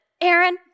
Aaron